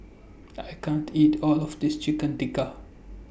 I can't eat All of This Chicken Tikka